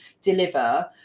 deliver